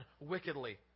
wickedly